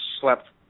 slept